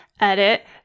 edit